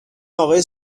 آقای